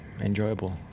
enjoyable